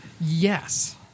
Yes